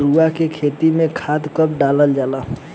मरुआ के खेती में खाद कब डालल जाला?